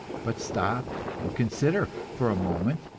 but stop and consider for a moment.